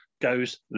goes